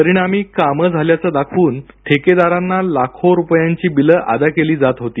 परिणामी कामं झाल्याचं दाखवून ठेकेदारांना लाखो रुपयांची बिलं अदा केली जात होती